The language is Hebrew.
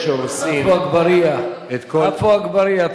עפו אגבאריה,